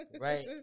right